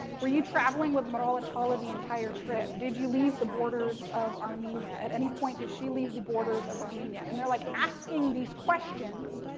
were you traveling with maral attallah the entire trip? did you leave the borders of armenia? at any point, did she leave the borders of armenia? and they're like asking these questions.